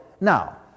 now